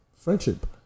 Friendship